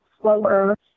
slower